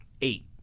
eight